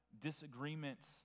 disagreements